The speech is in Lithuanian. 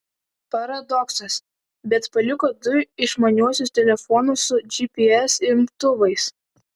paradoksas bet paliko du išmaniuosius telefonus su gps imtuvais